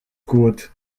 gut